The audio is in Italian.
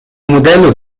modello